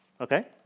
Okay